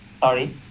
Sorry